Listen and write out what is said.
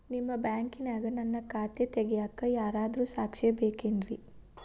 ನಿಮ್ಮ ಬ್ಯಾಂಕಿನ್ಯಾಗ ನನ್ನ ಖಾತೆ ತೆಗೆಯಾಕ್ ಯಾರಾದ್ರೂ ಸಾಕ್ಷಿ ಬೇಕೇನ್ರಿ?